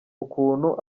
ukuntu